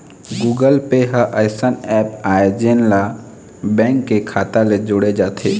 Google Pay ह अइसन app आय जेन ला बेंक के खाता ले जोड़े जाथे